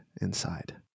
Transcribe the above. inside